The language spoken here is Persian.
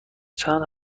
چند